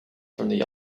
from